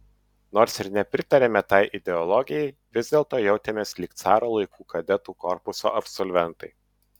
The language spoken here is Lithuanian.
nors ir nepritarėme tai ideologijai vis dėlto jautėmės lyg caro laikų kadetų korpuso absolventai